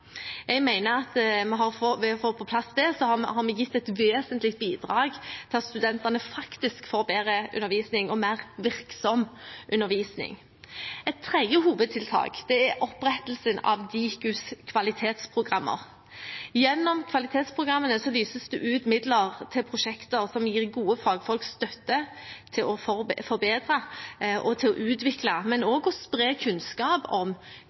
Jeg mener at vi ved å ha fått på plass dette har gitt et vesentlig bidrag til at studentene faktisk får bedre undervisning og mer virksom undervisning. Et tredje hovedtiltak er opprettelsen av Dikus kvalitetsprogrammer. Gjennom kvalitetsprogrammene lyses det ut midler til prosjekter som gir gode fagfolk støtte til å forbedre og utvikle, men også til å spre kunnskap om